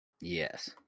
yes